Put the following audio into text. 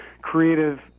creative